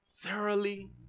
thoroughly